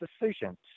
decisions